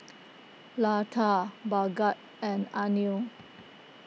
Lata Bhagat and Anil